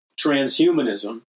transhumanism